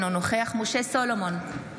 אינו נוכח משה סולומון,